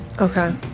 Okay